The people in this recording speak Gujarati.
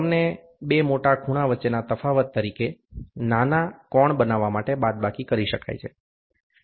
તેમને બે મોટા ખૂણા વચ્ચેના તફાવત તરીકે નાના કોણ બનાવવા માટે બાદબાકી કરી શકાય છે